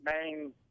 main